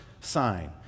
sign